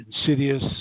insidious